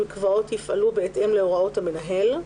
מקוואות יפעלו בהתאם להוראות המנהל,